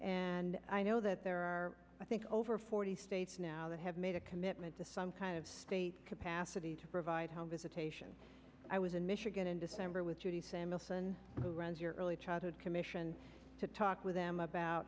and i know that there are i think over forty states now that have made a commitment to some kind of state capacity to provide home visitation i was in michigan in december with judy samuelson who runs your early childhood commission to talk with them about